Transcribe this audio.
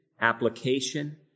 application